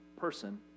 person